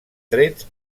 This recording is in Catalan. trets